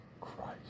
Christ